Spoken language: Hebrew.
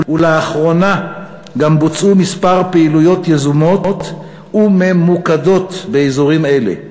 ולאחרונה גם בוצעו כמה פעילויות יזומות וממוקדות באזורים אלה.